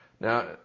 Now